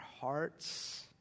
hearts